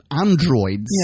androids